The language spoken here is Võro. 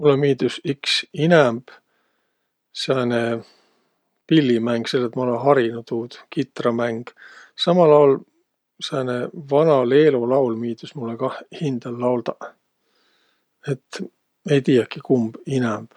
Mullõ miildüs iks inämb sääne pillimäng, selle et ma olõ harinuq tuud, kitramäng. Samal aol sääne vana leelolaul miildüs mullõ kah hindäl lauldaq. Et ei tiiäki, kumb inämb.